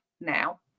now